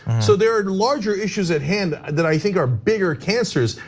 so there are larger issues at hand that i think are bigger cancers,